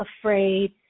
afraid